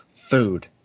food